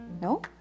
no